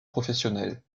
professionnel